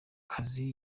kazi